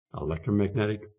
electromagnetic